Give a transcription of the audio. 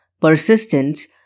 Persistence